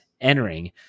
entering